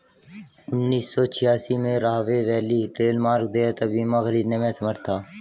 उन्नीस सौ छियासी में, राहवे वैली रेलमार्ग देयता बीमा खरीदने में असमर्थ था